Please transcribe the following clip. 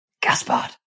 Gaspard